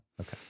Okay